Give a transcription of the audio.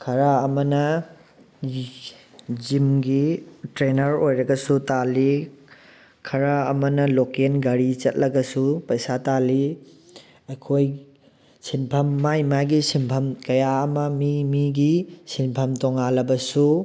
ꯈꯔ ꯑꯃꯅ ꯖꯤꯝꯒꯤ ꯇ꯭ꯔꯦꯅꯔ ꯑꯣꯏꯔꯒꯁꯨ ꯇꯥꯜꯂꯤ ꯈꯔ ꯑꯃꯅ ꯂꯣꯀꯦꯜ ꯒꯥꯔꯤ ꯆꯠꯂꯒꯁꯨ ꯄꯩꯁꯥ ꯇꯥꯜꯂꯤ ꯑꯩꯈꯣꯏ ꯁꯤꯟꯐꯝ ꯃꯥꯏ ꯃꯥꯒꯤ ꯁꯤꯟꯐꯝ ꯀꯌꯥ ꯑꯃ ꯃꯤ ꯃꯤꯒꯤ ꯁꯤꯟꯐꯝ ꯇꯣꯉꯥꯜꯂꯕꯁꯨ